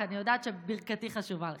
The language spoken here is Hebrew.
אך אני יודעת שברכתי חשובה לך.